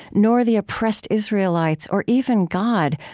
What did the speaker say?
nor the oppressed israelites or even god,